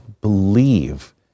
believe